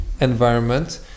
environment